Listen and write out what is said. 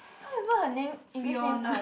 can't remember her name English name uh